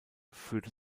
führte